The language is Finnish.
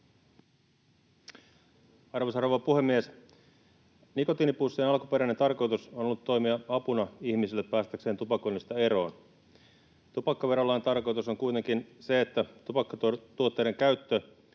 rouva puhemies! Nikotiinipussien alkuperäinen tarkoitus on ollut toimia ihmisille apuna päästä tupakoinnista eroon. Tupakkaverolain tarkoitus on kuitenkin se, että tupakkatuotteiden käyttö